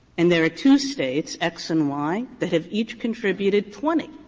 and there are two states, x and y, that have each contributed twenty.